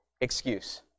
excuse